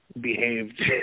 behaved